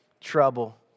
trouble